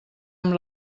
amb